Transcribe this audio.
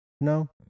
no